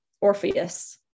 Orpheus